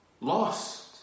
Lost